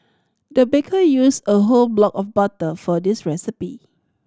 the baker used a whole block of butter for this recipe